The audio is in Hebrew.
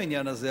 העניין הזה,